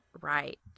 right